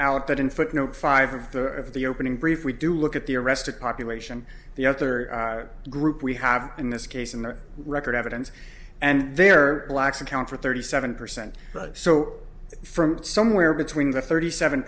out that in footnote five of the opening brief we do look at the arrested population the other group we have in this case and their record evidence and their blacks account for thirty seven percent so from somewhere between the thirty seven